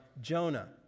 Jonah